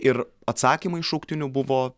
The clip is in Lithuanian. ir atsakymai šauktinių buvo